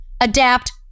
Adapt